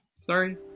Sorry